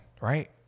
right